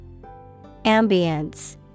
Ambience